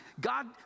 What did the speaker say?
God